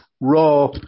raw